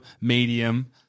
medium